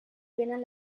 vénen